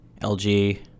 LG